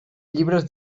llibres